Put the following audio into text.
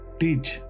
teach